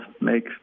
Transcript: make